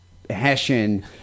hessian